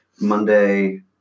Monday